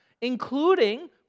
including